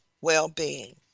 well-being